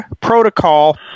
protocol